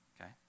okay